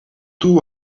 toe